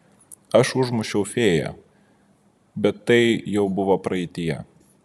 aš užmušiau fėją bet tai jau buvo praeityje